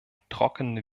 trockenen